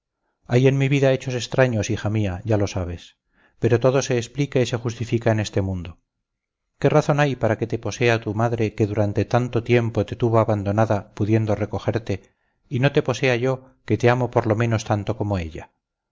hay en mi vida hechos extraños hija mía ya lo sabes pero todo se explica y se justifica en este mundo qué razón hay para que te posea tu madre que durante tanto tiempo te tuvo abandonada pudiendo recogerte y no te posea yo que te amo por lo menos tanto como ella